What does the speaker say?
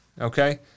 okay